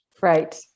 right